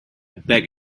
beg